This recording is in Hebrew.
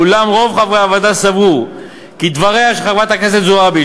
אולם רוב חברי הוועדה סברו שדבריה של חברת הכנסת זועבי,